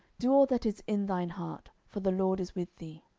do all that is in thine heart for the lord is with thee.